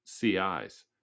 ci's